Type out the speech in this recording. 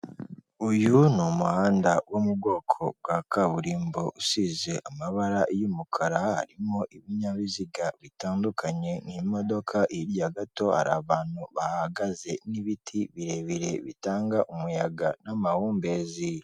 Uyu ni umuhanda wo mu bwoko bwa kaburimbo usize amabara y'umukara, harimo ibinyabiziga bitandukanye n'imodoka, hirya gato hari abantu bahahagaze n'ibiti birebire bitanga umuyaga n'amahumbezi.